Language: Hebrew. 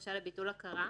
בקשה לביטול הכרה),